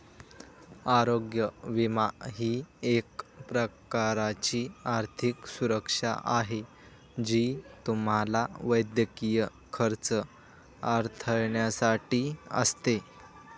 आरोग्य विमा ही एक प्रकारची आर्थिक सुरक्षा आहे जी तुम्हाला वैद्यकीय खर्च हाताळण्यासाठी असते